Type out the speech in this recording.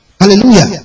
Hallelujah